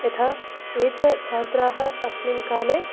यथा ये च छात्राः अस्मिन् काले